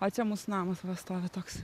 o čia mūsų namas stovi toks